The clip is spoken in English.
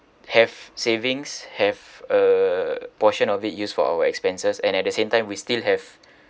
have savings have a portion of it used for our expenses and at the same time we still have